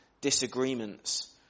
disagreements